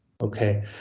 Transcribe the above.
Okay